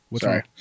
Sorry